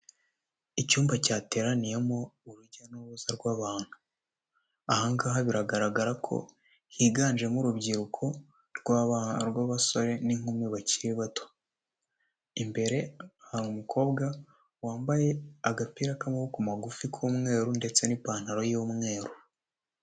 Icyumba cyateraniyemo urujya n'uruza rw'abantu. Aha ngaha biragaragara ko higanjemo urubyiruko rw'abasore n'inkumi bakiri bato. Imbere hari umukobwa wambaye agapira k'amaboko magufi k'umweru ndetse n'ipantaro y'umweru.